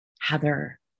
Heather